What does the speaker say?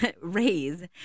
raise